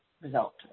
result